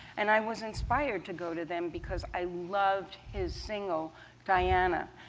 and i was inspired to go to them because i loved his single diana.